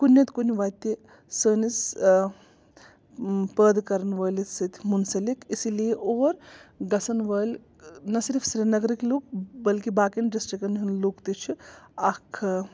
کُنہِ نتہٕ کُنہِ وَتہِ سٲنِس پٲدٕ کَرن وٲلِس سۭتۍ مُنسلک اِسی لیے اور گژھن وٲلۍ نہَ صِرف سریٖنگرٕکۍ لُکھ بٔلکہِ باقیَن ڈِسٹرٛکَن ہٕنٛدۍ لُکھ تہِ چھِ اَکھ